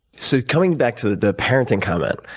so coming back to the parenting comment,